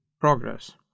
progress